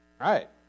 Right